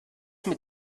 mit